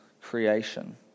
creation